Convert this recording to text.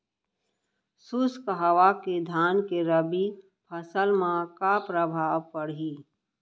शुष्क हवा के धान के रबि फसल मा का प्रभाव पड़ही?